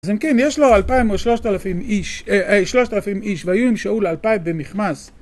אז אם כן, יש לו 2,000 או 3,000 איש, 3,000 איש, והיו עם שאול 2,000 במכמש.